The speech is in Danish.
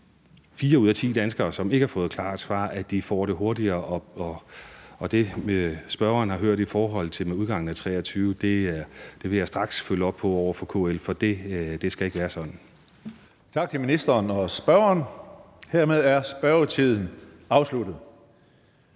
ud af ti danskere, som ikke har fået klart svar, får det hurtigere; og det, spørgeren har hørt i forhold til udgangen af 2023, vil jeg straks følge op på over for KL, for det skal ikke være sådan. Kl. 14:42 Tredje næstformand (Karsten Hønge): Tak til ministeren og spørgeren. Hermed er spørgetiden afsluttet.